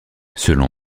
selon